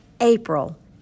April